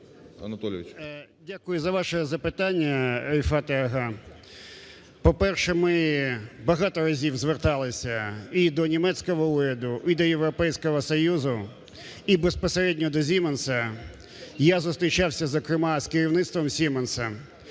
Дякую за ваше запитання, Рефате-ага. По-перше, ми багато разів зверталися і до німецького уряду, і до Європейського Союзу, і безпосередньо до Siemens. Я зустрічався, зокрема, з керівництвом Siemens,